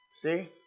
See